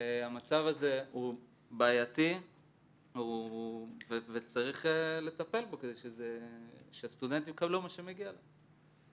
המצב הזה הוא בעייתי וצריך לטפל בו כדי שהסטודנטים יקבלו מה שמגיע להם.